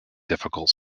difficult